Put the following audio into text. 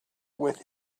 with